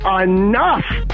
enough